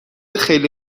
خیلی